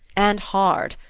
and hard.